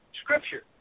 scripture